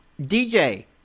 DJ